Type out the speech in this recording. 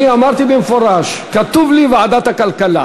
אני אמרתי במפורש: כתוב לי ועדת הכלכלה.